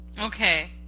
Okay